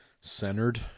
centered